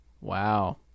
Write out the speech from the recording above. Wow